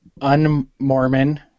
Unmormon